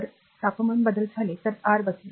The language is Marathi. तर जर तापमानात बदल झाले तर R बदलेल